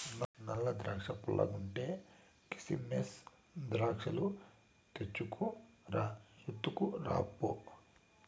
నల్ల ద్రాక్షా పుల్లగుంటే, కిసిమెస్ ద్రాక్షాలు తెచ్చుకు రా, ఎత్తుకురా పో